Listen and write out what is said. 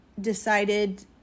decided